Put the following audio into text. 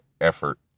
effort